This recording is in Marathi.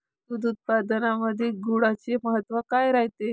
दूध उत्पादनामंदी गुळाचे महत्व काय रायते?